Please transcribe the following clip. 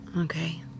Okay